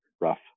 rough